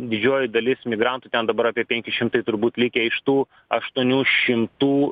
didžioji dalis imigrantų ten dabar apie penki šimtai turbūt likę iš tų aštuonių šimtų